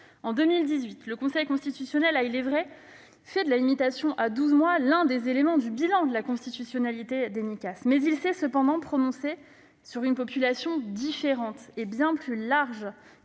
En 2018, le Conseil constitutionnel a, il est vrai, fait de la limitation à douze mois l'un des éléments du bilan de la constitutionnalité des Micas. Il s'est cependant prononcé sur une population différente et bien plus large